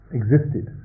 existed